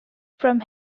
from